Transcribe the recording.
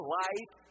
life